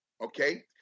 okay